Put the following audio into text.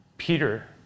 Peter